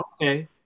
Okay